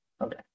Okay